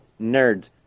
nerds